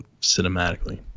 cinematically